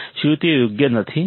શું તે યોગ્ય નથી